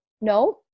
No